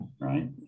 right